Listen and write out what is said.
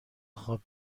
خواب